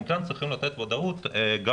אנחנו כאן צריכים לתת ודאות גם